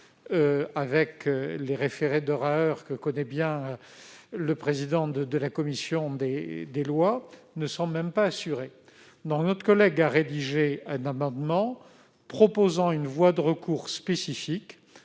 avec les référés d'heure à heure que connaît bien le président de la commission des lois n'est même pas assurée. Notre collègue a donc rédigé un amendement visant à prévoir une voie de recours spécifique